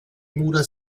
mura